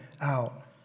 out